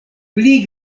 pli